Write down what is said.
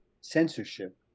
censorship